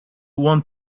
want